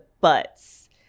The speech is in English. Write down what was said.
butts